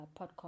podcast